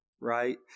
right